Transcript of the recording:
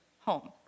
home